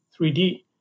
3D